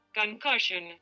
Concussion